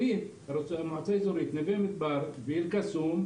מועצה אזורית נווה מדבר ואל קסום,